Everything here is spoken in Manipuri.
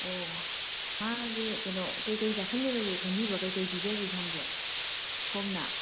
ꯑꯣ ꯃꯥꯒꯤ ꯀꯩꯅꯣ ꯀꯔꯤ ꯀꯔꯤ ꯆꯥꯁꯜꯂꯨꯔꯒꯦ ꯈꯪꯕꯤꯕ꯭ꯔꯣ ꯀꯩ ꯀꯩ ꯄꯤꯖꯒꯦ ꯁꯣꯝꯁꯦ ꯁꯣꯝꯅ